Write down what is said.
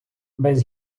без